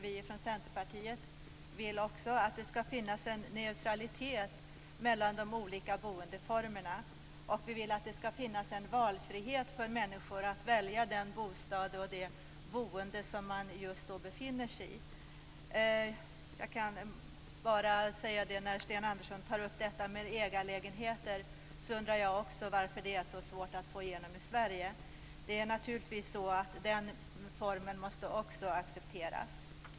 Vi från Centerpartiet vill att det skall finnas en neutralitet mellan de olika boendeformerna och en valfrihet för människor att påverka det boende som man befinner sig i. Sten Andersson tog upp frågan om ägarlägenheter. Också jag undrar varför det är så svårt att få igenom sådana i Sverige. Också den bostadsformen måste naturligtvis accepteras.